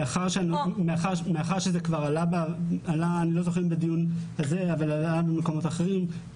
מאחר שזה כבר עלה בדיון כאן או במקומות אחרים,